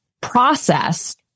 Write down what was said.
process